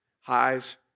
Highs